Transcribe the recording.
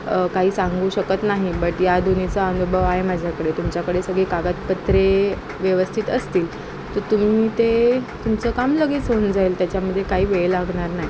काही सांगू शकत नाही बट या दोन्हीचा अनुभव आहे माझ्याकडे तुमच्याकडे सगळे कागदपत्रे व्यवस्थित असतील तर तुम्ही ते तुमचं काम लगेच होऊन जाईल त्याच्यामध्ये काही वेळ लागणार नाही